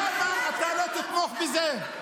למה אתה לא תתמוך בזה?